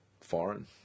foreign